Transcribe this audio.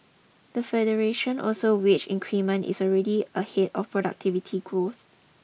the federation also wage increment is already ahead of productivity growth